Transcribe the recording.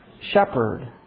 shepherd